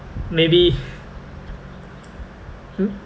maybe hmm